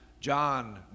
John